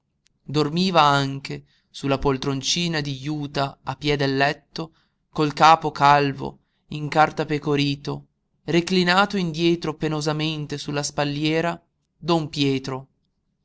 dormiva anche su la poltroncina di juta a piè del letto col capo calvo incartapecorito reclinato indietro penosamente sulla spalliera don pietro